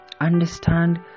understand